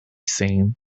seen